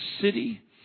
city